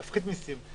להפחית מיסים,